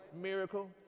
miracle